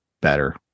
better